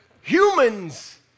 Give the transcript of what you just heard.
Humans